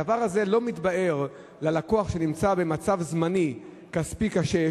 הדבר הזה לא מתבאר ללקוח שנמצא במצב זמני כספי קשה,